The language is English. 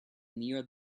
near